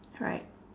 right